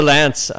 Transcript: Lance